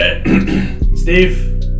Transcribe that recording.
Steve